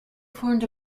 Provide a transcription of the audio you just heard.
formed